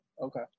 okay